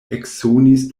eksonis